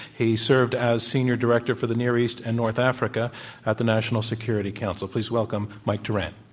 he served as senior director for the near east and north africa at the national security council. please welcome mike doran.